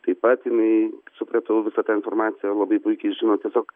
taip pat jinai supratau visą tą informaciją labai puikiai žino tiesiog